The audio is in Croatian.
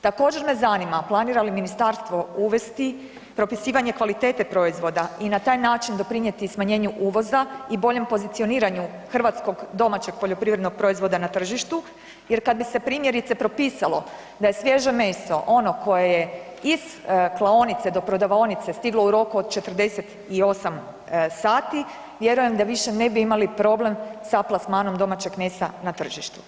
Također me zanima planira li ministarstvo uvesti propisivanje kvalitete proizvoda i na taj način doprinjeti smanjenju uvoza i boljem pozicioniranju hrvatskog domaćeg poljoprivrednog proizvoda na tržištu jer kad bi se primjerice propisalo da je svježe meso ono koje je iz klaonice do prodavaonice stiglo u roku od 48 sati vjerujem da više ne bi imali problem sa plasmanom domaćeg mesa na tržištu?